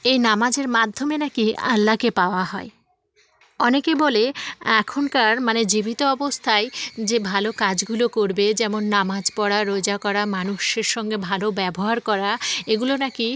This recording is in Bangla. এই নামাজের মাধ্যমে নাকি আল্লাকে পাওয়া হয় অনেকেই বলে এখনকার মানে জীবিত অবস্থায় যে ভালো কাজগুলো করবে যেমন নামাজ পড়া রোজা করা মানুষের সঙ্গে ভালো ব্যবহার করা এগুলো নাকি